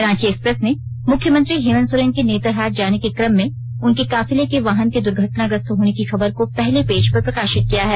Ranchi Express ने मुख्यमंत्री हेमंत सोरेन के नेतरहाट जाने के कम में उनके काफिले के वाहन के दुर्घटनाग्रस्त होने की खबर को पहले पेज पर प्रकाशित किया है